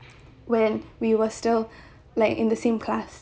when we were still like in the same class